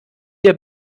dir